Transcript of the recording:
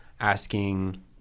asking